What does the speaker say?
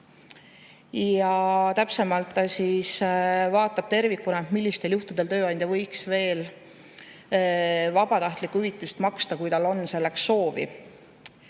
See täpsemalt vaatab tervikuna, millistel juhtudel tööandja võiks veel vabatahtlikku hüvitist maksta, kui tal selleks soovi